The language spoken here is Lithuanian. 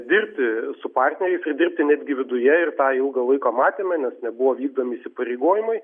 dirbti su partneriais dirbti netgi viduje ir tą ilgą laiko matėme nes nebuvo vykdomi įsipareigojimai